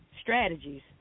strategies